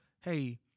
hey